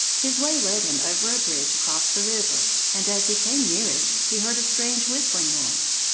his way led him over a bridge across the river, and as he came near it he heard a strange whistling noise.